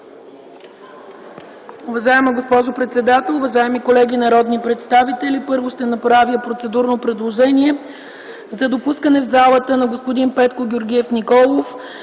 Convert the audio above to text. Уважаема госпожо председател, уважаеми колеги народни представители! Първо, ще направя процедурно предложение за допускане в залата на господин Петко Георгиев Николов,